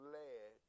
led